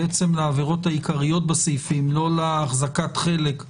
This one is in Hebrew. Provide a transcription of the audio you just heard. אנחנו צריכים לראות שבאמת יש אפקטיביות במובן הזה